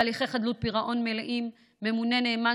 בהליכי חדלות פירעון מלאים ממונה נאמן